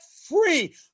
free